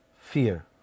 fear